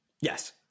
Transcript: yes